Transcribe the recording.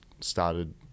started